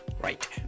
Right